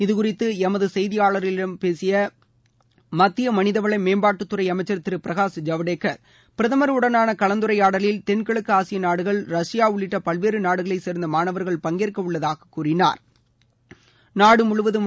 இது குறித்து எமது செய்தியாளரிடம் பேசிய மத்திய மனித வள மேம்பாட்டுத்துறை அமைச்சர் திரு பிரகாஷ் ஐவடேகர் பிரதமர் உடனான கலந்துரையாடலில் தென்கிழக்கு ஆசிய நாடுகள் ரஷ்யா உள்ளிட்ட பல்வேறு நாடுகளைச் சேர்ந்த மாணவர்கள் பங்கேற்க உள்ளதாக கூறினாா்